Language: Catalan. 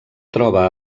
troba